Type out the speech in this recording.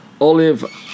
Olive